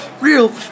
real